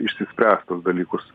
išspręst tuos dalykus